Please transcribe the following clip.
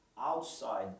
outside